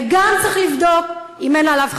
וגם צריך לבדוק אם אין עליו,